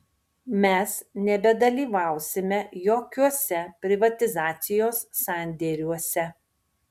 mes nebedalyvausime jokiuose privatizacijos sandėriuose